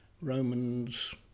Romans